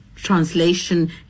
translation